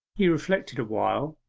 he reflected awhile,